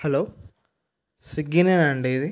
hello స్విగ్గీనా అండి ఇది